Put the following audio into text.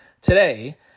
today